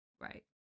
Right